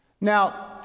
now